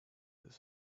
his